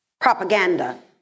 propaganda